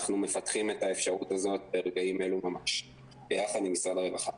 אנחנו מפתחים את האפשרות הזאת ברגעים אלו ממש ביחד עם משרד הרווחה.